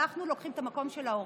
אנחנו לוקחים את המקום של ההורים,